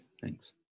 Thanks